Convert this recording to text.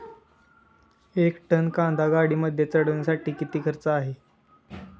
एक टन कांदा गाडीमध्ये चढवण्यासाठीचा किती खर्च आहे?